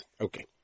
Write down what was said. Okay